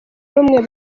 rumwe